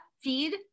feed